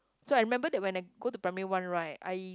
so I remember that when I go to primary one right I